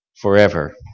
Forever